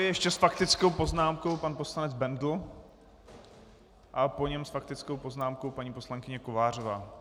Ještě s faktickou poznámkou pan poslanec Bendl a po něm s faktickou poznámkou paní poslankyně Kovářová.